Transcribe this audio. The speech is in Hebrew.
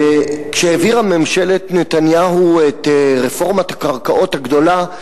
כשהעבירה ממשלת נתניהו את רפורמת הקרקעות הגדולה,